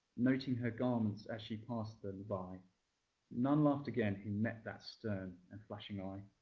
noting her garments as she passed them by none laughed again who met that stem and flashing eye.